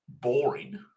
boring